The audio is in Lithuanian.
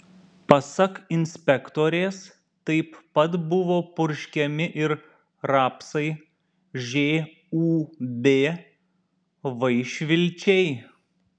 pasak inspektorės taip pat buvo purškiami ir rapsai žūb vaišvilčiai